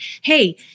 Hey